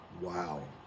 Wow